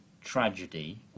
tragedy